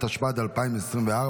התשפ"ד 2024,